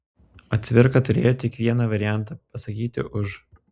o cvirka turėjo tik vieną variantą pasakyti už